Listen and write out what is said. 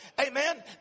Amen